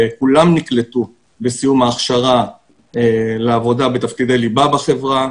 כולם נקלטו בסיום ההכשרה לעבודה בתפקידי ליבה בחברה.